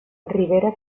ribera